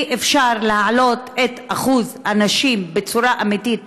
אי-אפשר להעלות את אחוז הנשים בצורה אמיתית,